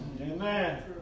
Amen